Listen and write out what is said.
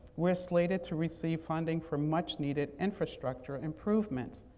we're slated to receive funding for much needed infrastructure improvements.